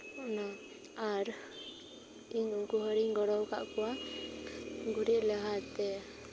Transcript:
ᱚᱱᱟ ᱟᱨ ᱤᱧ ᱩᱱᱠᱩ ᱦᱚᱲᱤᱧ ᱜᱚᱲᱚᱣ ᱠᱟᱜ ᱠᱚᱣᱟ ᱜᱩᱨᱤᱡ ᱞᱮᱣᱦᱟᱭᱛᱮ